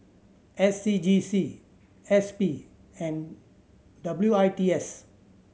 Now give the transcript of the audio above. S C G C S P and W I T S